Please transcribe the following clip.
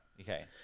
Okay